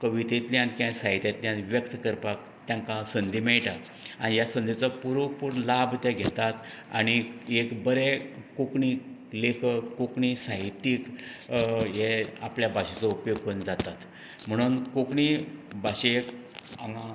कवितेंतल्यान किंवा साहित्यांतल्यान व्यक्त करपाक तांकां संदी मेळटा आनी हे संदेचो पुरेपूर लाभ ते घेतात आनी एक बरे कोंकणी लेखक कोंकणी साहित्यीक हे आपल्या भाशेचो उपयोग कोन्न जाता म्हणोन कोंकणी भाशेक